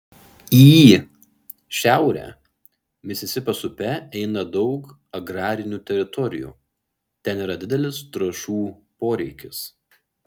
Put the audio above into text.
į šiaurę misisipės upe eina daug agrarinių teritorijų ten yra didelis trąšų poreikis